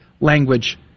language